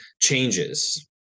changes